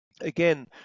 again